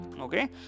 okay